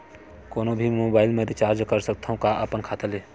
कोनो भी मोबाइल मा रिचार्ज कर सकथव का अपन खाता ले?